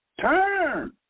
Turn